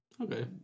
Okay